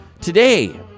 Today